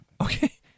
Okay